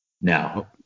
Now